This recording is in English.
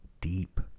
deep